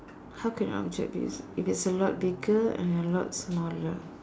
how can an object be if it's a lot bigger and a lot smaller